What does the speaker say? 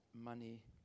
money